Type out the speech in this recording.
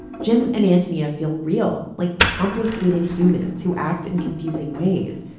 jim and anthony ah feel real like complicated humans who act in confusing ways.